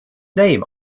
name